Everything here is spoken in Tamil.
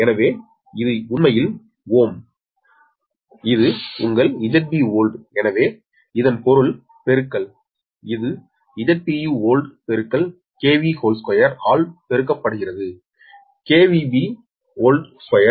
எனவே இதன் பொருள் பெருக்கல் இது Zpuold2ஆல் பெருக்கப்படுகிறது Bold2B old